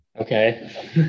Okay